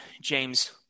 James